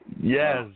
Yes